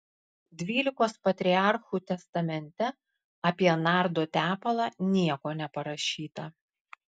dvylikos patriarchų testamente apie nardo tepalą nieko neparašyta